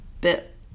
bit